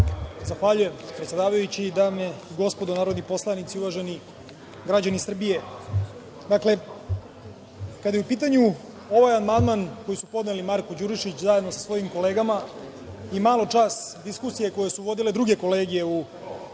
Zahvaljujem se, predsedavajući. Dame i gospodo narodni poslanici, uvaženi građani Srbije, dakle, kada je u pitanju ovaj amandman koji su podneli Marko Đurišić zajedno sa svojim kolegama i maločas diskusije koje su vodile druge kolege u